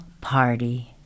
party